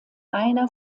einer